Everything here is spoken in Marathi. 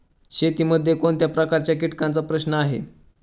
शेतीमध्ये कोणत्या प्रकारच्या कीटकांचा प्रश्न आहे?